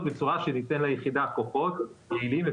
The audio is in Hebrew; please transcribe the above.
בצורה שתיתן ליחידה כוחות וכלים יעילים,